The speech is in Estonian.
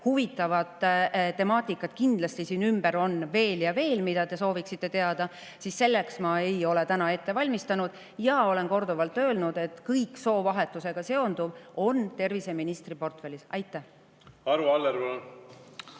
huvitavat temaatikat kindlasti siin ümber on veel ja veel, mida te sooviksite teada –, siis selleks ma ei ole täna ette valmistunud. Ja ma olen korduvalt öelnud, et kõik soovahetusega seonduv on terviseministri portfellis. Aitäh! Ma